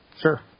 Sure